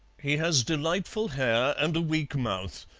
he has delightful hair and a weak mouth.